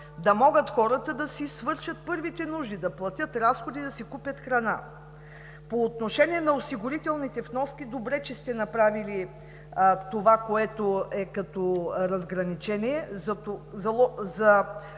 да могат те да свършат първите си нужди, да платят разходите си, да си купят храна. По отношение на осигурителните вноски. Добре, че сте направили това, което е като разграничение, за да